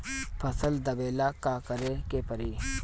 फसल दावेला का करे के परी?